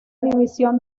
división